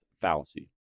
fallacy